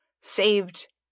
saved